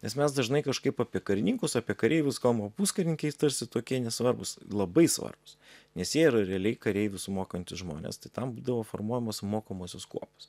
nes mes dažnai kažkaip apie karininkus apie kareivius kalbam o puskarininkiai tarsi tokie nesvarbūs labai svarbūs nes jie yra realiai kareivius mokantys žmonės tai tam būdavo formuojamos mokomosios kuopos